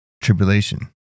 tribulation